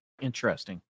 Interesting